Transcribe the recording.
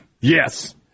Yes